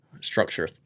structure